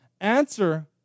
answer